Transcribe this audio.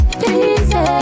please